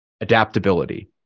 adaptability